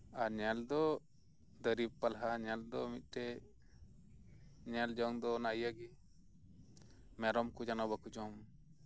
ᱟᱨ ᱧᱮᱞ ᱫᱚ ᱫᱟᱨᱮ ᱯᱟᱞᱦᱟ ᱧᱮᱞ ᱫᱚ ᱢᱤᱫᱴᱮᱱ ᱧᱮᱞ ᱡᱚᱝ ᱫᱚ ᱚᱱᱟ ᱤᱭᱟᱹᱜᱮ ᱢᱮᱨᱚᱢ ᱠᱚ ᱡᱮᱱᱚ ᱵᱟᱠᱚ ᱡᱚᱢ